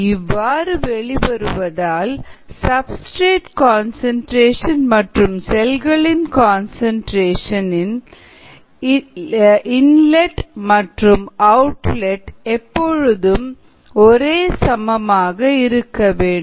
இவ்வாறு வெளிவருவதால் substrate concentration மற்றும் செல்களின் கன்சன்ட்ரேஷன் இன் லட் மற்றும் அவுட்லட்டில் எப்பொழுதும் ஒரே சமமாக இருக்க வேண்டும்